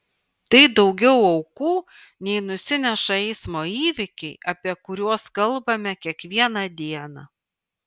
tai daugiau aukų nei nusineša eismo įvykiai apie kuriuos kalbame kiekvieną dieną